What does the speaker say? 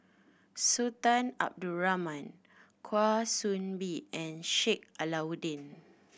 Sultan Abdul Rahman Kwa Soon Bee and Sheik Alau'ddin